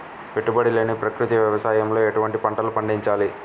పెట్టుబడి లేని ప్రకృతి వ్యవసాయంలో ఎటువంటి పంటలు పండించాలి?